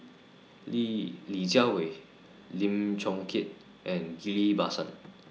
Li Li Jiawei Lim Chong Keat and Ghillie BaSan